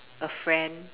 a friend